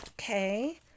Okay